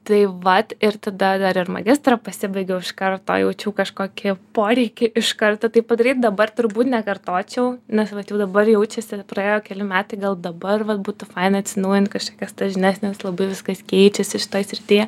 tai vat ir tada dar ir magistrą pasibaigiau iš karto jaučiau kažkokį poreikį iš karto tai padaryt dabar turbūt nekartočiau nes vat jau dabar jaučiasi praėjo keli metai gal dabar vat būtų faina atsinaujint kažkokias tas žinias nes labai viskas keičiasi šitoj srityje